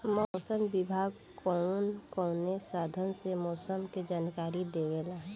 मौसम विभाग कौन कौने साधन से मोसम के जानकारी देवेला?